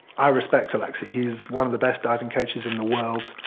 i respect alexei, he's one of the best diving coaches in the world.